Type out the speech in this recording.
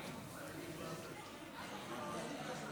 תשמע.